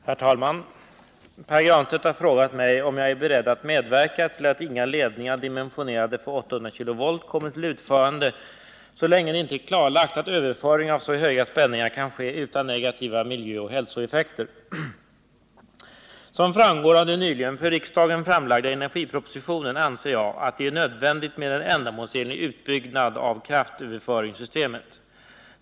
Herr talman! Pär Granstedt har frågat mig om jag är beredd att medverka till att inga ledningar dimensionerade för 800 kV kommer till utförande så länge det inte är klarlagt att överföring av så höga spänningar kan ske utan negativa miljöoch hälsoeffekter. Såsom framgår av den nyligen för riksdagen framlagda energipropositionen anser jag att det är nödvändigt med en ändamålsenlig utbyggnad av kraftöverföringssystemet.